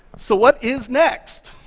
so what is next?